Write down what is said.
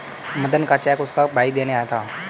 मदन का चेक उसका भाई देने आया था